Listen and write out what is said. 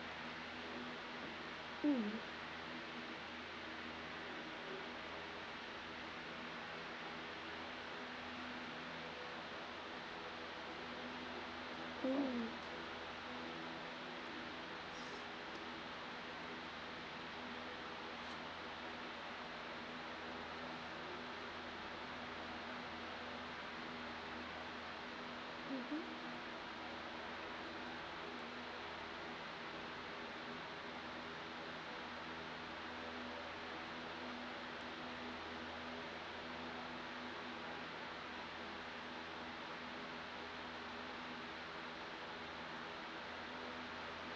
mm mm mmhmm